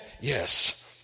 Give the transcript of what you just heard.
yes